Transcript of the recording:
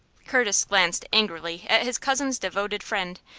curtis glanced angrily at his cousin's devoted friend,